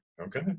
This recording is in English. okay